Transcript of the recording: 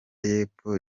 y’epfo